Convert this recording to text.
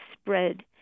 spread